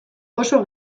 oso